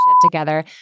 Together